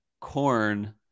corn